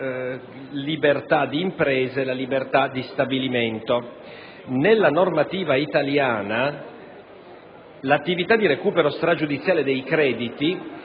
libertà d'impresa e la libertà di stabilimento. Nella normativa italiana l'attività di recupero stragiudiziale dei crediti